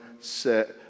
set